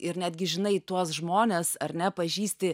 ir netgi žinai tuos žmones ar ne pažįsti